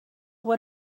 what